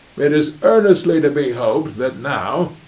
it is earnestly to be hoped that now,